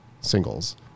singles